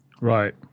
Right